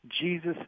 Jesus